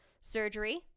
surgery